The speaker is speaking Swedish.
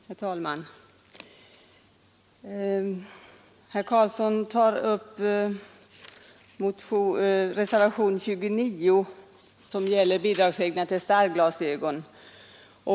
Herr talman! Herr Karlsson i Huskvarna tog upp reservationen 29, som gäller bidragsreglerna för starrglasögon.